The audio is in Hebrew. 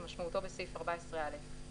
כמשמעותו בסעיף 14(א);